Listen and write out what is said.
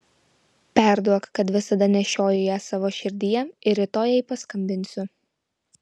perduok kad visada nešioju ją savo širdyje ir rytoj jai paskambinsiu